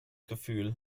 gefühl